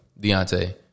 Deontay